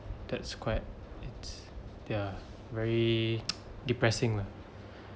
that's quite it's they're very depressing lah